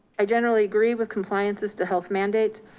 i generally agree with compliances to health mandate.